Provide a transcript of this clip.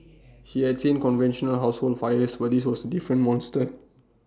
he had seen conventional household fires but this was A different monster